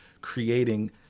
creating